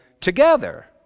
together